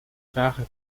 trage